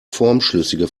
formschlüssige